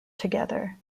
together